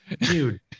Dude